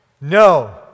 No